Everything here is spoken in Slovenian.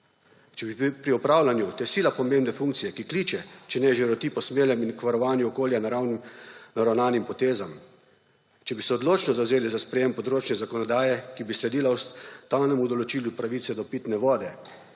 bi bili pri opravljanju te sila pomembne funkcije, ki kliče, če ne že utripa k usmerjanju in k varovanju okolja naravnanim potezam, če bi se odločno zavzeli za sprejem področne zakonodaje, ki bi sledila ustavnemu določilu pravice do pitne vode,